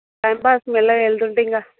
timepass మెల్లగా వెళ్తూ ఉంటే ఇంకా